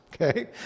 okay